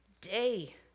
day